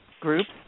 groups